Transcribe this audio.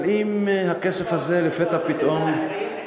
אבל אם הכסף הזה לפתע פתאום, מה אתי?